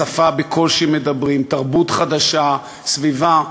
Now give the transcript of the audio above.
שפה בקושי מדברים, תרבות חדשה, סביבה.